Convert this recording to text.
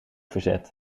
verzet